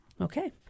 Okay